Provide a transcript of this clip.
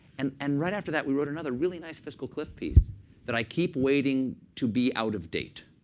and and right after that, we wrote another really nice fiscal cliff piece that i keep waiting to be out of date.